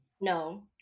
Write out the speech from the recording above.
No